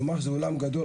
נאמר שזה אולם גדול,